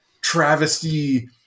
travesty